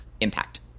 impact